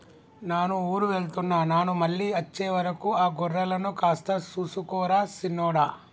నాను ఊరు వెళ్తున్న నాను మళ్ళీ అచ్చే వరకు ఆ గొర్రెలను కాస్త సూసుకో రా సిన్నోడా